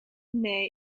nee